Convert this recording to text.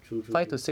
true true true